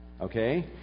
okay